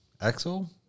Axel